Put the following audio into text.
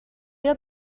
ایا